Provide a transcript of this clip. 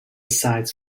sites